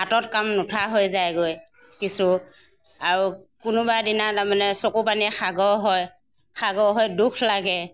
হাতত কাম নুঠা হৈ যায়গৈ কিছু আৰু কোনোবা দিনা তাৰমানে চকুপানীয়ে সাগৰ হয় সাগৰ হৈ দুখ লাগে